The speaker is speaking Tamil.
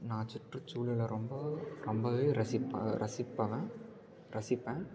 நான் சுற்றுச்சூழலை ரொம்ப ரொம்ப ரசிப்ப ரசிப்பவன் ரசிப்பேன்